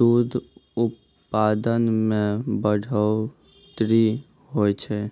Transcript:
दूध उत्पादन मॅ बढ़ोतरी होय छै